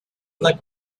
like